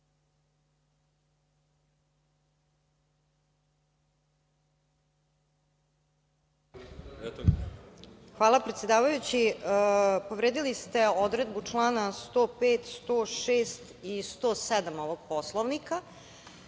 Hvala predsedavajući. Povredili ste odredbe čl. 105, 106. i 107. ovog Poslovnika.